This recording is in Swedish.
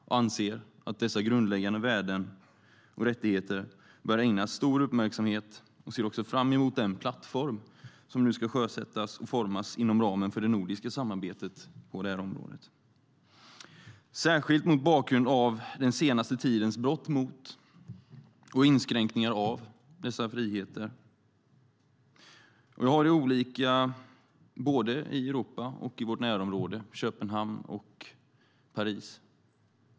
Jag anser att dessa grundläggande värden och rättigheter bör ägnas stor uppmärksamhet och ser också fram emot den plattform som nu ska formas inom ramen för det nordiska samarbetet på det här området, särskilt mot bakgrund av den senaste tidens brott mot och inskränkningar av dessa friheter i Europa och vårt närområde, Köpenhamn och Paris.